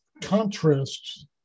contrasts